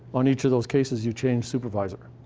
on each of those cases, you change supervisor.